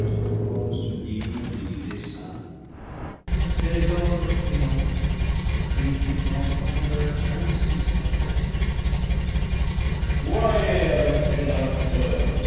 sublime au milieu des saints à ces ordres brillants il fit entendre ainsi sa voix voyez avec quelle